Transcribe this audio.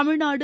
Tamil Nadu